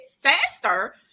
faster